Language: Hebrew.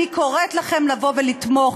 אני קוראת לכם לבוא ולתמוך.